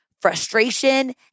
frustration